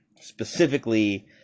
Specifically